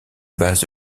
base